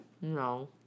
No